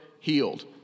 healed